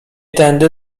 tędy